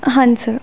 ਹਾਂਜੀ ਸਰ